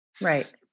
Right